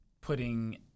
putting